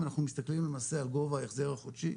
אנחנו מסתכלים למעשה על גובה ההחזר החודשי.